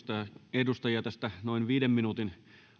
edustajia tästä noin viiden minuutin